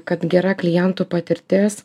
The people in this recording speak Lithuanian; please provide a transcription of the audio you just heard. kad gera klientų patirtis